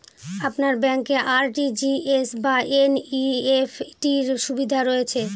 আপনার ব্যাংকে আর.টি.জি.এস বা এন.ই.এফ.টি র সুবিধা রয়েছে?